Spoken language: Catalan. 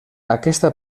aquesta